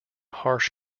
harsh